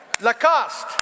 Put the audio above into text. Lacoste